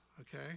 okay